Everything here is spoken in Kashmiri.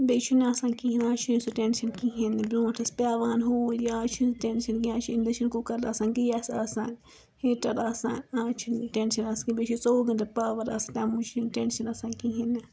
بیٚیہِ چھُنہٕ آسان کہیٖنۍ آز چھُنہٕ سُہ ٹینشن کہیٖنۍ برٛونٹھ ٲسۍ پیٚوان ہو یہِ آز چھُنہٕ ٹینشن کانٛہہ آز چھُ اِنڈکشن کُکر تہِ آسان گیس آسان ہیٹر آسان آز چھُنہٕ یہِ ٹینشن آز کانٛہہ بیٚیہِ چھِ ژووُہ گٲنٹہٕ پاور آسان تَمہِ موٗجوب چھُنہٕ ٹینشن آسان کہیٖنۍ